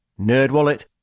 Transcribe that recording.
NerdWallet